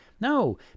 no